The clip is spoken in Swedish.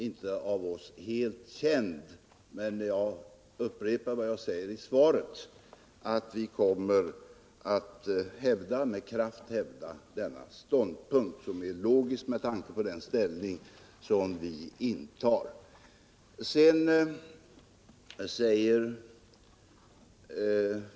Men jag vill upprepa vad jag sade i svaret att vi med kraft kommer att hävda denna ståndpunkt, som är logisk med tanke på den ställning vi intar.